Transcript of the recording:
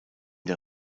der